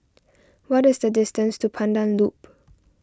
what is the distance to Pandan Loop